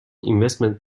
investment